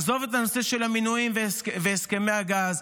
עזוב את הנושא של המנויים והסכמי הגז.